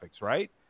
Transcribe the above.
right